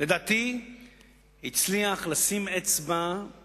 לדעתי הצליח לשים אצבע על